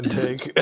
take